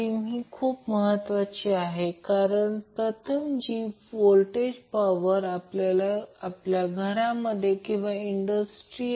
या स्थितीत RL आणि RC काय आहे ते शोधावे लागेल